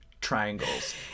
triangles